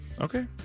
Okay